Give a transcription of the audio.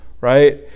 right